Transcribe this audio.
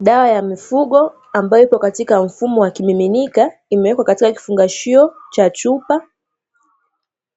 Dawa ya mifugo, ambayo ipo katika mfumo wa kimiminika, imewekwa katika kifungashio cha chupa,